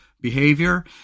behavior